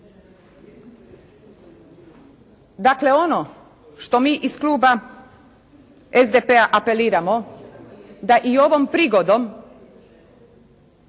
Dakle, ono što mi iz kluba SDP-a apeliramo da i ovom prigodom